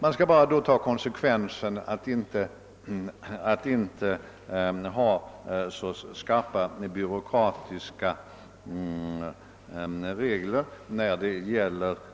Men då bör den ta konsekvensen därav och inte ha så skarpa regler